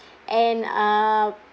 and uh